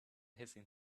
hissing